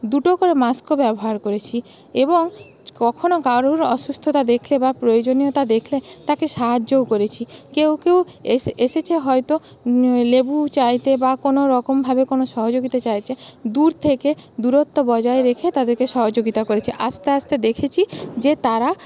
দুটো করে মাস্কও ব্যবহার করেছি এবং কখনও কারুর অসুস্থতা দেখলে বা প্রয়োজনীয়তা দেখলে তাকে সাহায্যও করেছি কেউ কেউ এসেছে হয়তো লেবু চাইতে বা কোনোরকমভাবে কোনো সহযোগিতা চাইতে দূর থেকে দূরত্ব বজায় রেখে তাদেরকে সহযোগিতা করেছি আস্তে আস্তে দেখেছি যে তারা